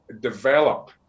develop